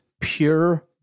pure